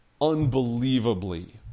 unbelievably